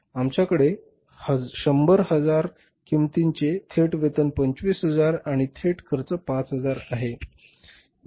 आमच्याकडे 100 हजार किंमतीचे थेट वेतन 25000 आणि थेट खर्च 5000 आहे